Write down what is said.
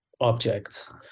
objects